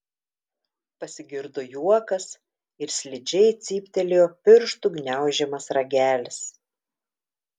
pasigirdo juokas ir slidžiai cyptelėjo pirštų gniaužiamas ragelis